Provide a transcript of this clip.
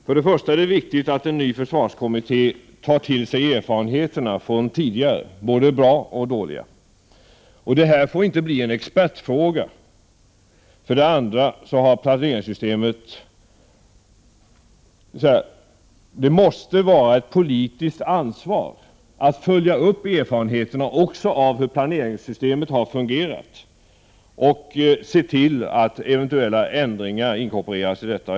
För det första är det viktigt att en ny försvarskommitté tar till sig erfarenheterna från tidigare, både bra och dåliga sådana. Det här får inte bli en expertfråga. För det andra måste det vara ett politiskt ansvar att också följa upp hur planeringssystemet har fungerat och att se till att nödvändiga ändringar inkorporeras i detta.